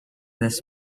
this